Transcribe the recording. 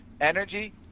energy